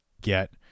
get